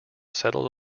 settled